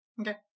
Okay